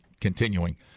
continuing